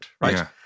right